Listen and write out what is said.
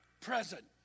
present